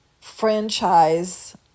franchise